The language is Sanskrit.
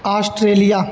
आश्ट्रेलिया